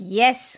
yes